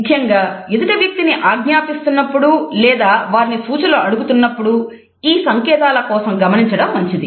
ముఖ్యంగా ఎదుటి వ్యక్తిని ఆజ్ఞపిస్తున్నపుడు లేదా వారిని సూచనలు అడుగుతున్నప్పుడు ఈ సంకేతాల కోసం గమనించడం మంచిది